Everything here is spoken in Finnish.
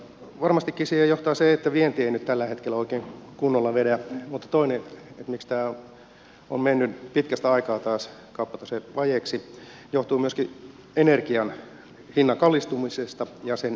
varmastikin siihen johtaa se että vienti ei nyt tällä hetkellä oikein kunnolla vedä mutta toinen miksi tämä on mennyt pitkästä aikaa taas kauppatasevajeeksi johtuu myöskin energian hinnan kallistumisesta ja sen tuonnista